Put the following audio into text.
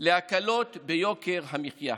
להקלות ביוקר המחיה.